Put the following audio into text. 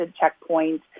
checkpoint